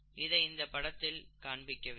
இதை இந்தப் படத்தில் காண்பிக்கவில்லை